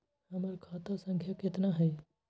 हमर खाता संख्या केतना हई?